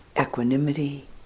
equanimity